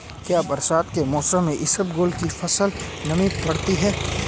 क्या बरसात के मौसम में इसबगोल की फसल नमी पकड़ती है?